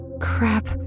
Crap